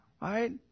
right